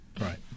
Right